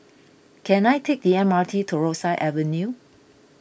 can I take the M R T to Rosyth Avenue